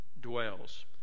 dwells